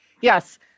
Yes